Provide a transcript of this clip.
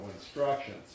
instructions